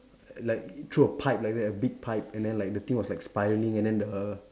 like throw a pipe like that a big pipe and then like the thing was like spiraling and then the